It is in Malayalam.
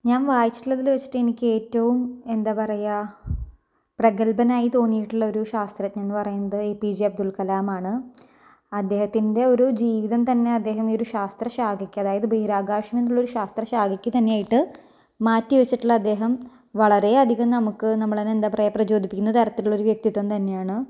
ഞാൻ വായിച്ചിട്ടുള്ളതിൽ വച്ചിട്ടെനിക്കേറ്റവും എന്താ പറയുക പ്രഗൽഭനായി തോന്നിയിട്ട് ഉള്ള ഒരു ശാസ്ത്രജ്ഞൻ എന്ന് പറയുന്നത് എ പി ജെ അബ്ദുൾകലാമാണ് അദ്ദേഹത്തിൻ്റെ ഒരു ജീവിതം തന്നെ അദ്ദേഹം ഒരു ശാസ്ത്ര ശാഖയ്ക്ക് അതായത് ബഹിരാകാശമെന്നുള്ള ഒരു ശാസ്ത്ര ശാഖയ്ക്ക് തന്നെ ആയിട്ട് മാറ്റി വെച്ചിട്ടുള്ള അദ്ദേഹം വളരെ അധികം നമുക്ക് നമ്മളെ തന്നെ എന്താ പറയുക പ്രചോദിപ്പിക്കുന്ന തരത്തിലുള്ളൊരു വ്യക്തിത്വം തന്നെയാണ്